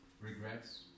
regrets